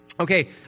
Okay